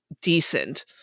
decent